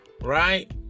Right